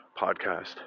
podcast